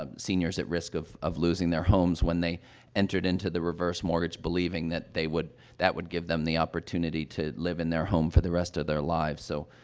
um seniors at risk of of losing their homes, when they entered into the reverse mortgage believing that they would that would give them the opportunity to live in their home for the rest of their lives. so,